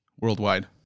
worldwide